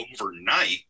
overnight